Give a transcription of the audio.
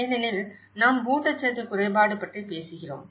ஏனெனில் நாம் ஊட்டச்சத்து குறைபாடு பற்றி பேசுகிறோம்